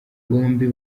bombi